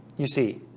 you see